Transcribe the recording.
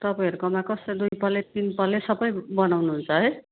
तपाईँहरूकोमा कस्तो दुई पल्ले तिन पल्ले सबै बनाउनु हुन्छ है